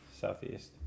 Southeast